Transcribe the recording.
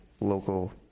local